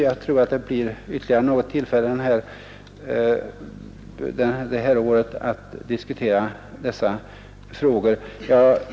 Jag tror vi får ytterligare något tillfälle under detta år att diskutera de frågorna.